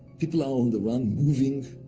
people are on the run, moving,